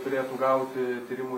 turėtų gauti tyrimų